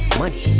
money